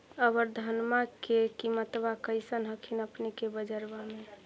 अबर धानमा के किमत्बा कैसन हखिन अपने के बजरबा में?